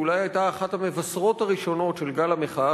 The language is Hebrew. ואולי היתה אחת המבשרות הראשונות של גל המחאה